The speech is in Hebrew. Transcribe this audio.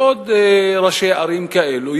ועוד ראשי ערים כאלו,